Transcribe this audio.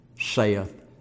saith